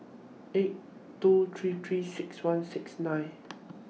eight two three three six one six nine